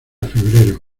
febrero